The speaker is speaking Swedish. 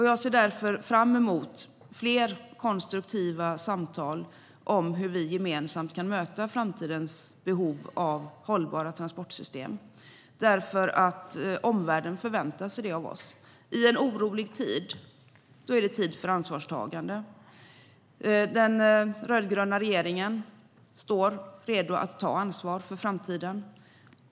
Jag ser därför fram emot fler konstruktiva samtal om hur vi gemensamt kan möta framtidens behov av hållbara transportsystem. Omvärlden förväntar sig det av oss. En orolig tid är tid för ansvarstagande. Den rödgröna regeringen står redo att ta ansvar för framtiden.